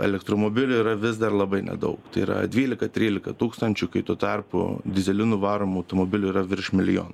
elektromobilių yra vis dar labai nedaug tai yra dvylika trylika tūkstančių kai tuo tarpu dyzelinu varomų automobilių yra virš milijono